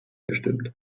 gestimmt